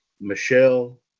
Michelle